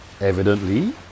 Evidently